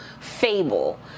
fable